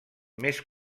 més